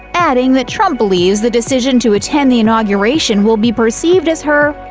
adding that trump believes the decision to attend the inauguration will be perceived as her,